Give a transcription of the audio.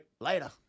Later